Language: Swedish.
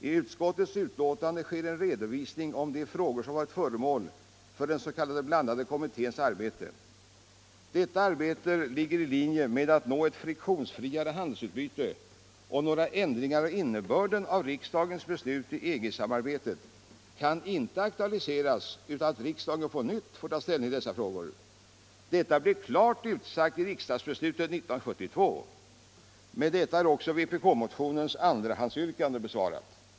I utskottets betänkande ges en redovisning av de frågor som varit föremål för den s.k. blandade kommitténs arbete. Detta arbete ligger i linje med att nå ett friktionsfriare handelsutbyte, och några ändringar av innebörden i riksdagens beslut om EG-samarbetet kan inte aktualiseras utan att riksdagen på nytt får ta ställning till dessa frågor. Detta blev klart utsagt i riksdagsbeslutet 1972. Med detta är också vpk-motionens andrahandsyrkande besvarat.